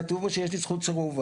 כתוב בו שיש לי זכות סירוב,